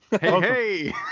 Hey